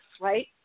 right